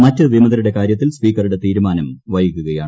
മറ്റ് വിമതരുടെ കാര്യത്തിൽ സ്പീക്കറുടെ തീരുമാനം വൈകുകയാണ്